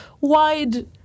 wide